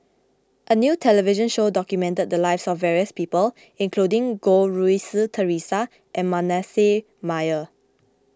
a new television show documented the lives of various people including Goh Rui Si theresa and Manasseh Meyer